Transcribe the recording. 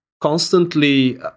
constantly